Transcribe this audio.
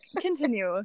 continue